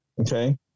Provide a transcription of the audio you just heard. Okay